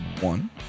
one